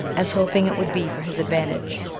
as hoping it would be for his advantage,